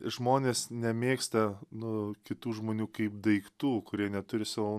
žmonės nemėgsta nu kitų žmonių kaip daiktų kurie neturi savo